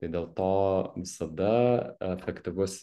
tai dėl to visada efektyvus